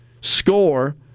score